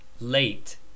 Late